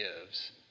gives